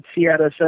Seattle